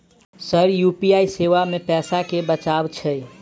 Sir UPI सेवा मे पैसा केँ बचाब छैय?